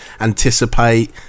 anticipate